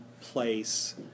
place